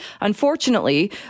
Unfortunately